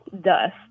dust